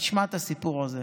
תשמע את הסיפור הזה.